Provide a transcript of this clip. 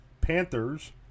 Panthers